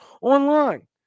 online